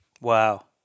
Wow